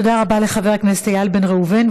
תודה רבה לחבר הכנסת איל בן ראובן,